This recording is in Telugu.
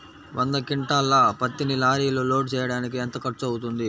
వంద క్వింటాళ్ల పత్తిని లారీలో లోడ్ చేయడానికి ఎంత ఖర్చవుతుంది?